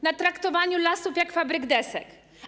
Na traktowaniu lasów jak fabryk desek?